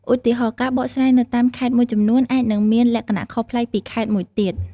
ឧទាហរណ៍ ការបកស្រាយនៅតាមខេត្តមួយចំនួនអាចនឹងមានលក្ខណៈខុសប្លែកពីខេត្តមួយទៀត។